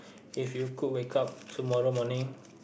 if you could wake up tomorrow morning